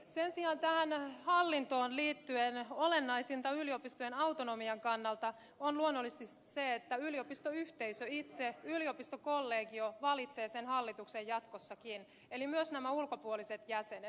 sen sijaan tähän hallintoon liittyen olennaisinta yliopistojen autonomian kannalta on luonnollisesti se että yliopistoyhteisö itse yliopistokollegio valitsee sen hallituksen jatkossakin eli myös nämä ulkopuoliset jäsenet